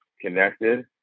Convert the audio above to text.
connected